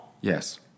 Yes